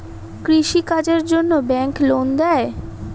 কৃষি কাজের জন্যে ব্যাংক লোন দেয়?